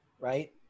right